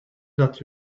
that